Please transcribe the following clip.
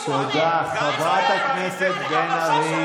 חברת הכנסת בן ארי,